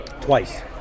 Twice